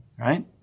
Right